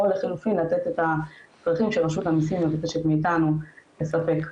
לחלופין לתת את ה- -- שרשות המסים מבקשת מאתנו לספק.